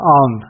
on